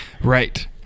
right